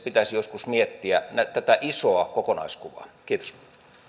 pitäisi joskus miettiä tätä isoa kokonaiskuvaa kiitos